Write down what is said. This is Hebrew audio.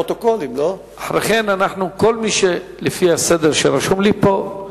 ט"ו באב התשס"ט (5 באוגוסט 2009): שירות בתי-הסוהר מונע